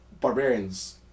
Barbarian's